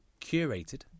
curated